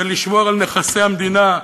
זה לשמור על נכסי המדינה,